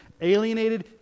alienated